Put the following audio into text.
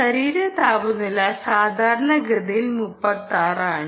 ശരീര താപനില സാധാരണഗതിയിൽ 36 ആണ്